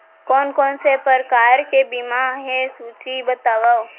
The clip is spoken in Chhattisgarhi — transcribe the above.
कोन कोन से प्रकार के बीमा हे सूची बतावव?